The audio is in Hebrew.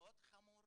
מאוד חמור,